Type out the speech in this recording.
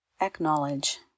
acknowledge